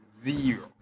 zero